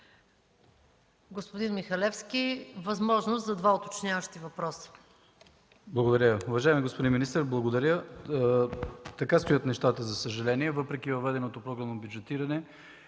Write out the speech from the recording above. Господин Михалевски, имате възможност за два уточняващи въпроса. ДИМЧО МИХАЛЕВСКИ (КБ): Благодаря. Уважаеми господин министър, благодаря. Така стоят нещата, за съжаление – въпреки въведеното програмно бюджетиране,